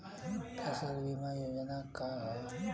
फसल बीमा योजना का ह?